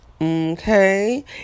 okay